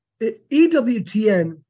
EWTN